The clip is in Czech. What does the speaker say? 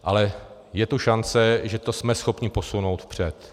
Ale je tu šance, že to jsme schopni posunout vpřed.